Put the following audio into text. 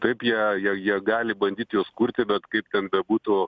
taip jie jie jie gali bandyt juos kurti bet kaip ten bebūtų